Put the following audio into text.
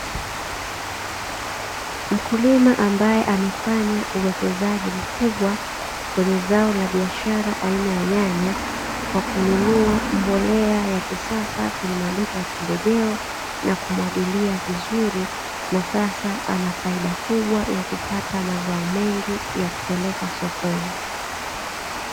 Mkulima ambaye amefanya uwekezaji mkubwa, kwenye zao la biashara aina ya nyanya, kwa kununua mbolea ya kisasa kwenye maduka ya pembejeo na kumwagilia vizuri, na sasa ana faida kubwa ya kupata mazao mengi ya kupeleka sokoni.